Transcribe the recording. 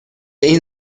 این